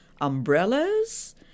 umbrellas